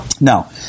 Now